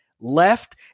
left